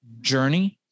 journey